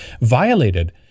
violated